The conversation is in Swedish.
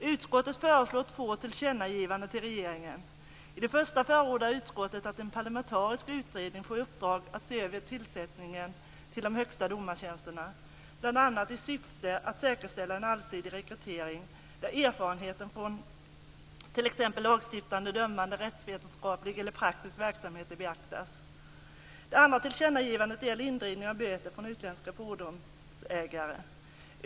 Utskottet föreslår två tillkännagivanden till regeringen. I det första förordar utskottet att en parlamentarisk utredning får i uppdrag att se över tillsättningen till de högsta domartjänsterna, bl.a. i syfte att säkerställa en allsidig rekrytering där erfarenheten från t.ex. lagstiftande, dömande, rättsvetenskaplig eller praktisk verksamhet beaktas. Det andra tillkännagivandet gäller indrivande av böter från utländska fordonsägare.